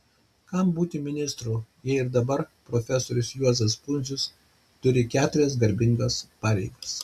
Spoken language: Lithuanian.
kam būti ministru jei ir dabar profesorius juozas pundzius turi keturias garbingas pareigas